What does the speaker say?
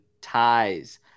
ties